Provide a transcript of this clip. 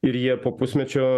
ir jie po pusmečio